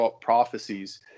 prophecies